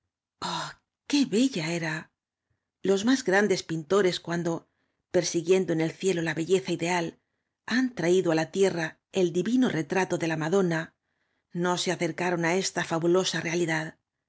bella era los más grandes pinto res cuando persiguiendo en el cielo la belleza ideal han traído á la tierra el divino retrato de la madona no se acercaron á esta fabulosa rea